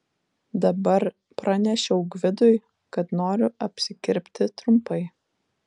dabar pranešiau gvidui kad noriu apsikirpti trumpai